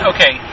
Okay